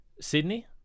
Sydney